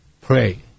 pray